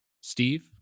Steve